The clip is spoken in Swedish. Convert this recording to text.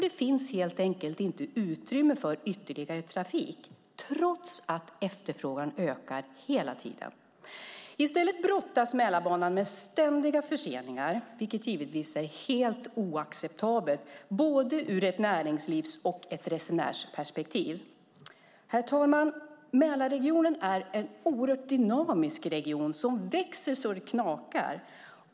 Det finns helt enkelt inte utrymme för ytterligare trafik trots att efterfrågan hela tiden ökar. I stället brottas Mälarbanan med ständiga förseningar, vilket givetvis är helt oacceptabelt ur både ett näringslivsperspektiv och ett resenärsperspektiv. Herr talman! Mälarregionen är en oerhört dynamisk region som växer så det knakar.